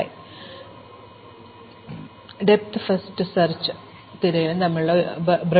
അതിനാൽ ഞങ്ങൾ സമീപസ്ഥല ലിസ്റ്റ് ഉപയോഗിക്കുകയാണെങ്കിൽ ഡെപ്ത് ആദ്യ തിരയലും വീതിയുടെ ആദ്യ തിരയലും ഇൻപുട്ടിന്റെ വലുപ്പത്തിൽ രേഖീയമാണ്